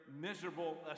miserable